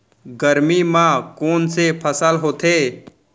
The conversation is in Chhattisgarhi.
गरमी मा कोन से फसल होथे?